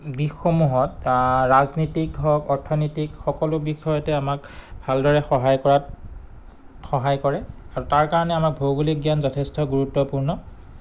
দিশসমূহত ৰাজনীতিক হওক অৰ্থনীতিক সকলো বিষয়তে আমাক ভালদৰে সহায় কৰাত সহায় কৰে আৰু তাৰ কাৰণে আমাক ভৌগোলিক জ্ঞান যথেষ্ট গুৰুত্বপূৰ্ণ